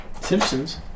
Simpsons